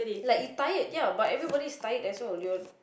like you tired ya but everybody is tired also